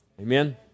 Amen